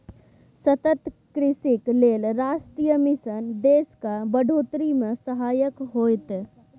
सतत कृषिक लेल राष्ट्रीय मिशन देशक बढ़ोतरी मे सहायक होएत